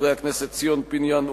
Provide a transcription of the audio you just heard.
חברי הכנסת ציון פיניאן,